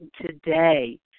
today